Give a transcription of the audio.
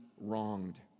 wronged